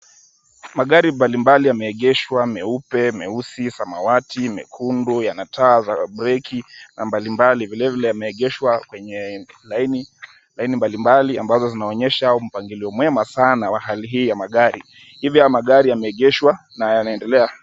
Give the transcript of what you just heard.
Magari mbalimbali yameegeshwa, meupe, meusi, samawati, mekundu, yanataa za breki mbalimbali, vilevile yameegeshwa kwenye laini mbalimbali ambazo zinaonyesha mpangilio mwema sana wa hali hii ya magari, hivyo magari yameegeshwa na yanaendelea...